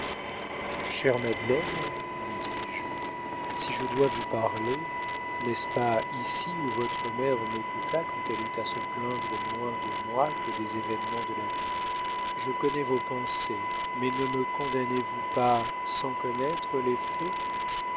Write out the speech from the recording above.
chère madeleine lui dis-je si je dois vous parler n'est-ce pas ici où votre mère m'écouta quand elle eut à se plaindre moins de moi que des événements de la vie je connais vos pensées mais ne me condamnez vous pas sans connaître